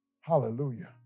Hallelujah